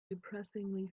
depressingly